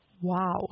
Wow